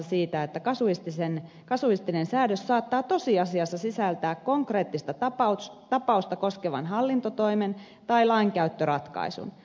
siitä että kasuistinen säädös saattaa tosiasiassa sisältää konkreettista tapausta koskevan hallintotoimen tai lainkäyttöratkaisun